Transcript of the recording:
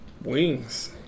wings